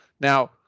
Now